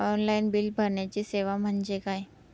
Online bill भरण्याची सेवा म्हणजे काय?